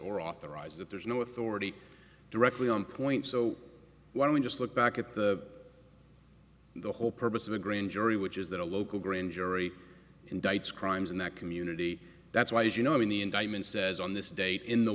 or authorized that there's no authority directly on point so why don't we just look back at the the whole purpose of the grand jury which is that a local grand jury indicts crimes in that community that's why as you know in the indictment says on this date in the